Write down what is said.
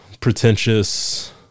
pretentious